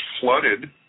flooded